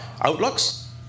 outlooks